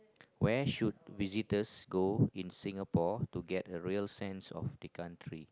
where should visitors go in singapore to get a real scene of the country